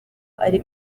ari